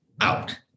out